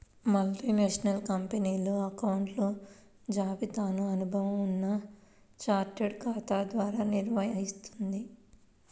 multinational కంపెనీలు అకౌంట్ల జాబితాను అనుభవం ఉన్న చార్టెడ్ ఖాతా ద్వారా నిర్వహిత్తుంది